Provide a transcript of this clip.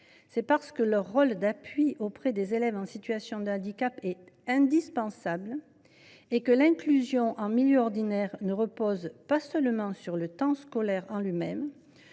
plus debout ». Leur rôle d’appui auprès des élèves en situation de handicap étant indispensable et l’inclusion en milieu ordinaire ne reposant pas seulement sur le temps scolaire en lui même,